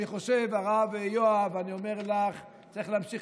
אני רוצה להגיד משפט לסיכום.